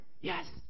Yes